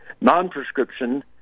non-prescription